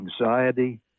anxiety